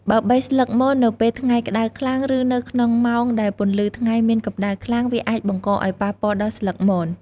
បើបេះស្លឹកមននៅពេលថ្ងៃក្ដៅខ្លាំង ឬនៅក្នុងម៉ោងដែលពន្លឺថ្ងៃមានកម្តៅខ្លាំង វាអាចបង្កឱ្យប៉ះពាល់ដល់ស្លឹកមន។